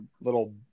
little